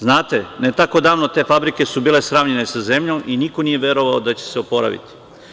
Znate, ne tako davno, te fabrike su bile sravnjene sa zemljom i niko nije verovao da će se oporaviti.